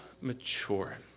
mature